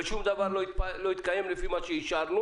ושום דבר לא התקיים לפי מה שאישרנו.